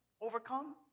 overcome